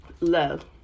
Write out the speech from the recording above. love